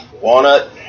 Walnut